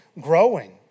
growing